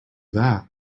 that